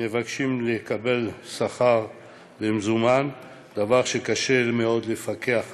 מבקשים לקבל שכר במזומן, דבר שקשה מאוד לפקח עליו.